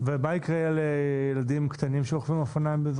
ומה יקרה על ילדים קטנים שרוכבים על אופניים?